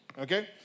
Okay